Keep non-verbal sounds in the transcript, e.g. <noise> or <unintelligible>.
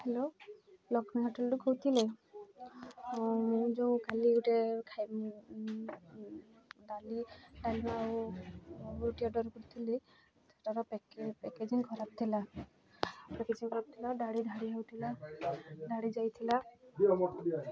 hello Lakshmi ହୋଟେଲ୍ରୁ କହୁଥିଲେ ମୁଁ ଯେଉଁ ଖାଲି ଗୋଟେ ଡାଲି ଡାଲମା ଆଉ ରୁଟି ଅର୍ଡ଼ର୍ କରିଥିଲି ସେଟାର ପ୍ୟାକେଜିଂ ଖରାପ ଥିଲା ପ୍ୟାକେଜିଂ ଖରାପ ଥିଲା <unintelligible> ହେଉଥିଲା ଢାଳି ଯାଇଥିଲା